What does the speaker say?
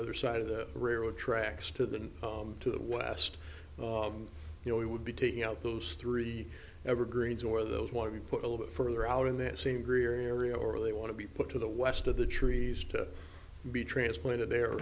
other side of the railroad tracks to the to the west you know we would be taking out those three evergreens or those want to be put a little further out in that same greer area or they want to be put to the west of the trees to be transplanted there